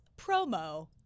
promo